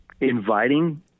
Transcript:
inviting